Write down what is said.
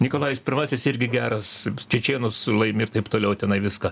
nikolajus pirmasis irgi geras čečėnus laimi ir taip toliau tenai viską